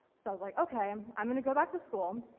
so i was like, okay i'm gonna go back to school,